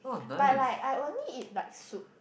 but like I only eat like soup